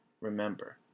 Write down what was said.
remember